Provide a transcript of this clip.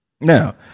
Now